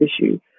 issue